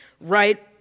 right